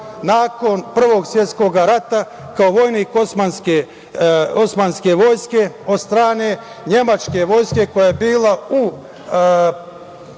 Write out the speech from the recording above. nakon Prvog svetskog rata kao vojnik Osmanske vojske od strane nemačke vojske koja je bila u